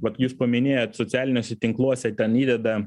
vat jūs paminėjot socialiniuose tinkluose ten įdeda